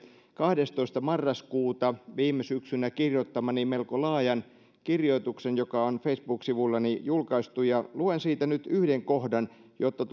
kahdestoista marraskuuta viime syksynä kirjoittamani melko laajan kirjoituksen joka on facebook sivullani julkaistu ja luen siitä nyt yhden kohdan jotta